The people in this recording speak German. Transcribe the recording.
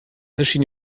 erschien